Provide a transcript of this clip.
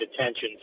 attention